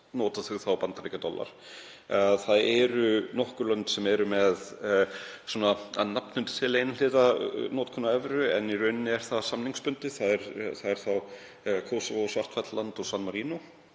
nota þau þá bandaríkjadollar. Það eru nokkur lönd sem eru að nafninu til með einhliða notkun á evru en í rauninni er það samningsbundið, það eru Kósóvó, Svartfjallaland og San Marínó.